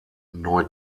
neu